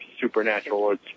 supernatural